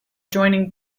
joining